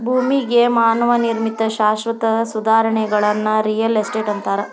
ಭೂಮಿಗೆ ಮಾನವ ನಿರ್ಮಿತ ಶಾಶ್ವತ ಸುಧಾರಣೆಗಳನ್ನ ರಿಯಲ್ ಎಸ್ಟೇಟ್ ಅಂತಾರ